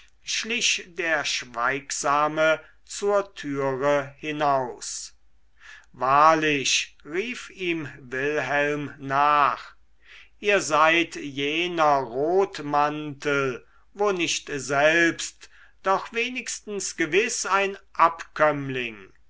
schlich der schweigsame zur türe hinaus wahrlich rief ihm wilhelm nach ihr seid jener rotmantel wo nicht selbst doch wenigstens gewiß ein abkömmling